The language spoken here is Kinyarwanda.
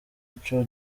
ico